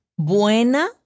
Buena